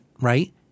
right